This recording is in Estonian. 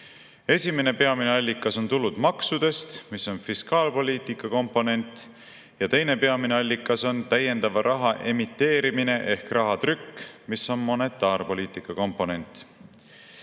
Esimene peamine allikas on tulud maksudest, mis on fiskaalpoliitika komponent, ja teine peamine allikas on raha täiendav emiteerimine ehk rahatrükk, mis on monetaarpoliitika komponent. Alates